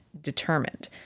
determined